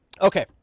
Okay